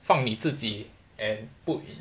放你自己 and put it